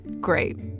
great